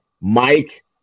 mike